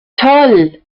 toll